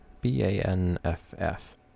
B-A-N-F-F